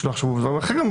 שלא יחשבו דברים אחרים.